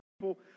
people